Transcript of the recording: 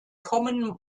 common